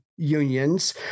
unions